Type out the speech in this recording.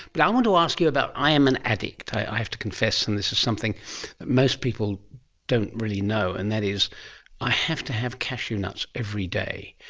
but i want to ask you about, i am an addict, i i have to confess, and this is something that most people don't really know, and that is i have to have cashew nuts every day.